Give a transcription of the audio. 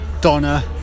donna